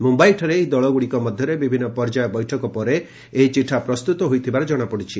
ମୁମ୍ୟାଇଠାରେ ଏହି ଦଳଗୁଡ଼ିକ ମଧ୍ୟରେ ବିଭିନ୍ନ ପର୍ଯ୍ୟାୟ ବୈଠକ ପରେ ଏହି ଚିଠା ପ୍ରସ୍ତୁତ ହୋଇଥିବା ଜଣାପଡ଼ିଛି